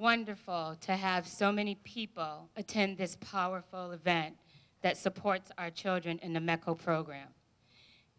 wonderful to have so many people attend this powerful event that supports our children in a medical program